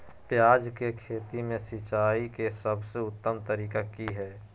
प्याज के खेती में सिंचाई के सबसे उत्तम तरीका की है?